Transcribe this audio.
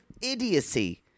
idiocy